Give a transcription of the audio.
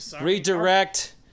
Redirect